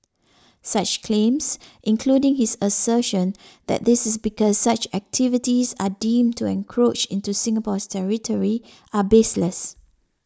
such claims including his assertion that this is because such activities are deemed to encroach into Singapore's territory are baseless